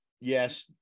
yes